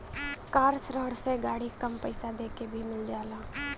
कार ऋण से गाड़ी कम पइसा देके भी मिल जाला